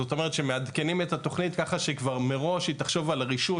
זאת אומרת שמעדכנים את התוכנית כך שכבר מראש היא תחשוב על הרישוי,